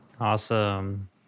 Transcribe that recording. Awesome